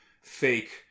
fake